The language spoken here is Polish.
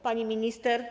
Pani Minister!